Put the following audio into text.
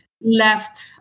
left